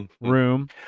room